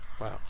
Wow